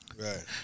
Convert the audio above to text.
right